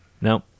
no